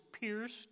pierced